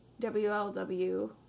WLW